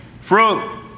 fruit